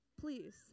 please